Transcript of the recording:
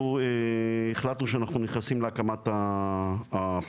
אנחנו החלטנו שאנחנו נכנסים להקמת הפרויקט